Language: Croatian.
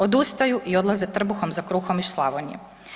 Odustaju i odlaze trbuhom za kruhom iz Slavonije.